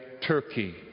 Turkey